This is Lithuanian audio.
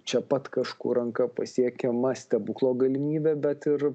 čia pat kažkur ranka pasiekiama stebuklo galimybė bet ir